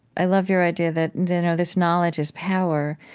i love your idea that you know this knowledge is power,